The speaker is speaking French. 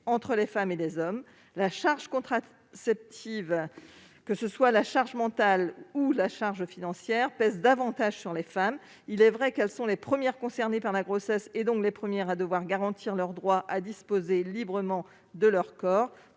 entre les femmes et les hommes. La charge contraceptive, qu'elle soit mentale ou financière, pèse davantage sur les femmes. Il est vrai que celles-ci sont les premières concernées par la grossesse, donc les premières à devoir garantir leur droit à disposer librement de leur corps.